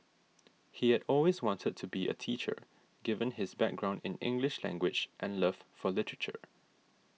he had always wanted to be a teacher given his background in English language and love for literature